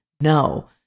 no